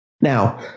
Now